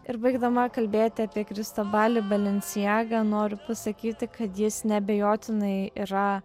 ir baigdama kalbėti apie kristobalį balenciagą noriu pasakyti kad jis neabejotinai yra